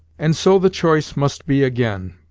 and so the choice must be again,